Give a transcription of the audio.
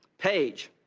page,